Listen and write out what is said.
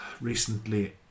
recently